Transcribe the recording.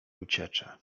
uciecze